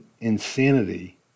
insanity